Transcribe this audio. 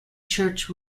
church